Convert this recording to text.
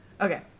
Okay